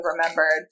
remembered